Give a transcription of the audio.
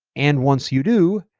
and once you do,